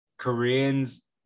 koreans